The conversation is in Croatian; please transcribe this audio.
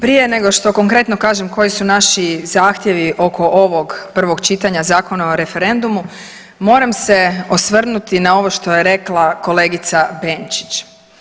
Prije nego što konkretno kažem koji su naši zahtjevi oko ovog prvog čitanja Zakona o referendumu, moram se osvrnuti na ovo što je rekla kolegica Benčić.